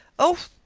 oh!